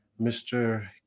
Mr